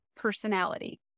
Personality